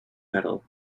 metal